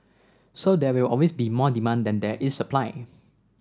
so there will always be more demand than there is supply